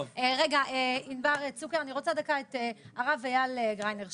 אני רוצה לשמוע את הרב אייל גריינר,